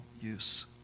use